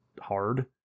hard